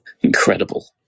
Incredible